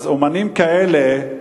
אז אמנים כאלה,